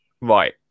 Right